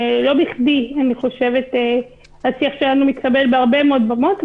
לא בכדי השיח שלנו מתקבל בהרבה מאוד במות,